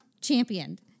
championed